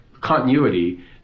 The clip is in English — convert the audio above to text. continuity